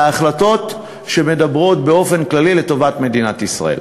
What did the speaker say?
ההחלטות שמדברות באופן כללי לטובת מדינת ישראל.